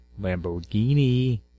Lamborghini